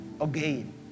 again